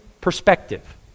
perspective